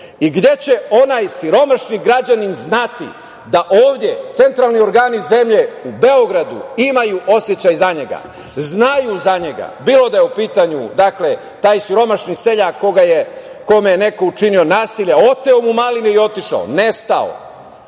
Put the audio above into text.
i gde će onaj siromašni građanin znati da ovde centralni organi zemlje u Beogradu imaju osećaj za njega, znaju za njega, bilo da je u pitanju taj siromašni seljak kome je neko učinio nasilje, oteo mu maline i otišao, nestao.